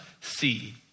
see